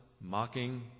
mocking